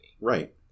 Right